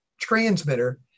transmitter